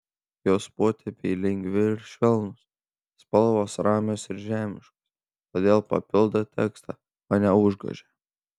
jos potėpiai lengvi ir švelnūs spalvos ramios ir žemiškos todėl papildo tekstą o ne užgožia